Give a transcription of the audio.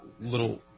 little